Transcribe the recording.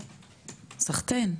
סחתיין.